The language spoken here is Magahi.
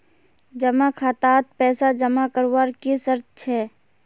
जमा खातात पैसा जमा करवार की शर्त छे?